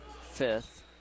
fifth